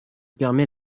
permet